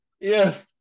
Yes